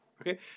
Okay